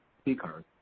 speakers